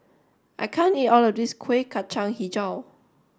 I can't eat all of this Kueh Kacang Hijau